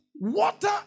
water